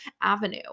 avenue